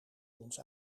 ons